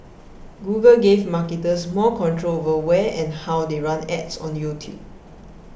Google gave marketers more control over where and how they run ads on YouTube